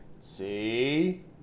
See